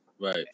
Right